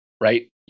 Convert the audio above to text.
right